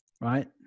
right